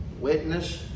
witness